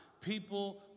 people